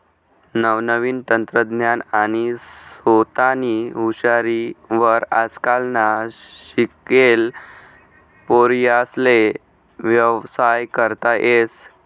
नवनवीन तंत्रज्ञान आणि सोतानी हुशारी वर आजकालना शिकेल पोर्यास्ले व्यवसाय करता येस